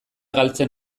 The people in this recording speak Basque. galtzen